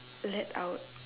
let out